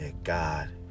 God